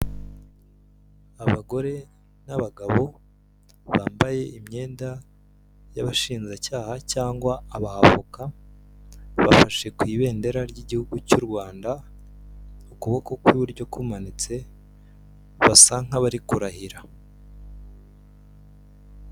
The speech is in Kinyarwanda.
Abagore n'abagabo, bambaye imyenda y'abashinjacyaha cyangwa abavoka, bafashe ku ibendera ry'igihugu cy'u Rwanda, ukuboko kw'iburyo kumanitse, basa nk'abari kurahira.